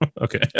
okay